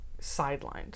sidelined